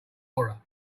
aura